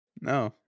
No